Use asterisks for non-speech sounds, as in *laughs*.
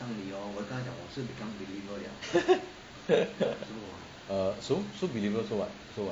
*laughs* err so so believer so what so what